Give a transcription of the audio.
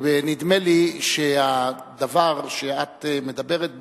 נדמה לי שהדבר שאת מדברת בו,